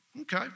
Okay